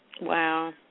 Wow